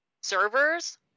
servers